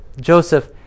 Joseph